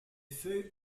feuilles